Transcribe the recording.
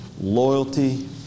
loyalty